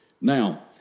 Now